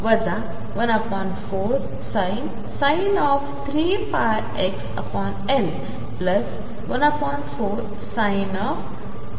जे34sinπxL 14sin3πxLसारखेचआहे